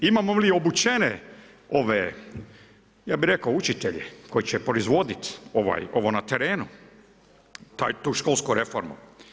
Imamo li obučene ja bi rekao učitelje koji je proizvoditi ovo na terenu tu školsku reformu?